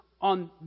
on